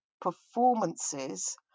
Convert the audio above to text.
performances